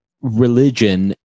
religion